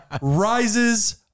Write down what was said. rises